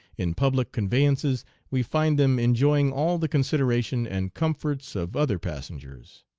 in public conveyances we find them enjoying all the consideration and comforts of other passengers.